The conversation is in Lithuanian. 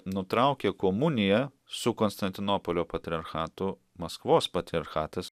nutraukė komuniją su konstantinopolio patriarchatu maskvos patriarchatas